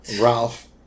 Ralph